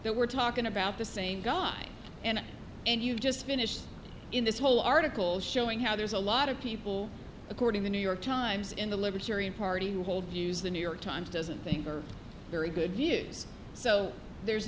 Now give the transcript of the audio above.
that we're talking about the same guy and and you just finished in this whole article showing how there's a lot of people according the new york times in the libertarian party who hold views the new york times doesn't think are very good views so there's